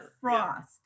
Frost